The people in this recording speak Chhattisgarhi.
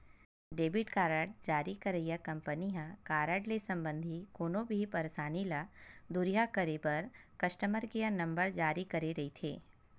डेबिट कारड जारी करइया कंपनी ह कारड ले संबंधित कोनो भी परसानी ल दुरिहा करे बर कस्टमर केयर नंबर जारी करे रहिथे